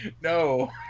No